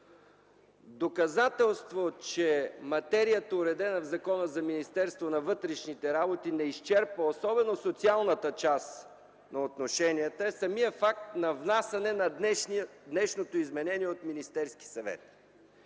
Доказателство е, че материята, уредена в Закона за Министерството на вътрешните работи, не изчерпва особено социалната част на отношенията – самият факт на внасяне на днешното изменение от Министерския съвет.